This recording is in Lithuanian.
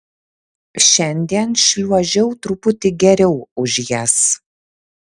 šiandien šliuožiau truputį geriau už jas